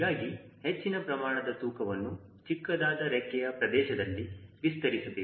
ಹೀಗಾಗಿ ಹೆಚ್ಚಿನ ಪ್ರಮಾಣದ ತೂಕವನ್ನು ಚಿಕ್ಕದಾದ ರೆಕ್ಕೆಯ ಪ್ರದೇಶದಲ್ಲಿ ವಿಸ್ತರಿಸಬೇಕು